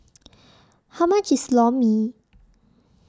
How much IS Lor Mee